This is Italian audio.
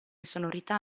sonorità